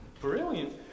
brilliant